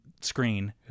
screen